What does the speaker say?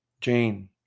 Jane